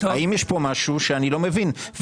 האם יש פה משהו שאני לא מבין?